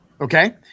Okay